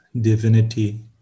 divinity